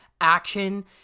action